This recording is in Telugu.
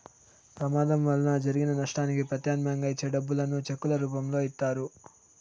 ప్రమాదం వలన జరిగిన నష్టానికి ప్రత్యామ్నాయంగా ఇచ్చే డబ్బులను చెక్కుల రూపంలో ఇత్తారు